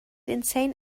insane